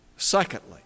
Secondly